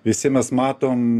visi mes matom